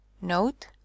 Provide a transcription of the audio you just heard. Note